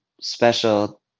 special